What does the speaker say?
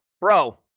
bro